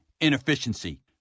inefficiency